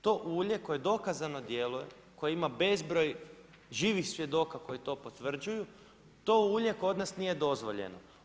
To ulje koje dokazano djeluje, koje ima bezbroj živih svjedoka koji to potvrđuju, to ulje kod nas nije dozvoljeno.